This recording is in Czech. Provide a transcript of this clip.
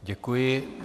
Děkuji.